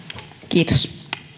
kiitos